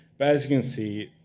but as you can see,